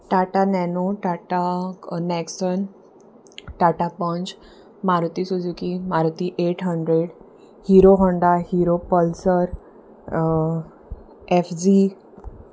Tata nano Tata Nexon Tata punch Maruti Suzuki Maruti eight hundred Hero Honda hero pulsar F G